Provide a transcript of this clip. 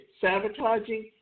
sabotaging